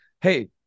Hey